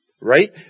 Right